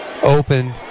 Open